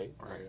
Right